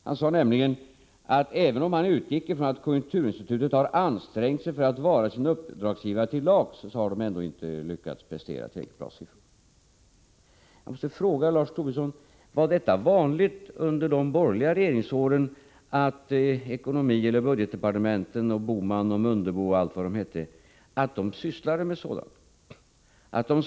Han sade nämligen att även om han utgick från att konjunkturinstitutet har ansträngt sig för att vara sin uppdragsgivare till lags, har man ändå inte lyckats prestera tillräckligt bra siffror. Jag måste fråga Lars Tobisson: Var det vanligt under de borgerliga regeringsåren att ekonomieller budgetdepartementen, Bohman, Mundebo och allt vad de hette, sysslade med sådant?